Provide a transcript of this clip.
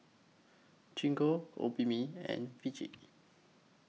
Gingko Obimin and Vichy